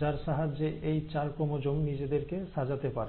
যার সাহায্যে এই 4 ক্রোমোজোম নিজেদেরকে সাজাতে পারে